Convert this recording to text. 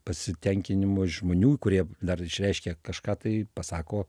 pasitenkinimo iš žmonių kurie dar išreiškia kažką tai pasako